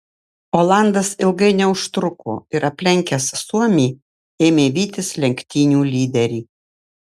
olandas ilgai neužtruko ir aplenkęs suomį ėmė vytis lenktynių lyderį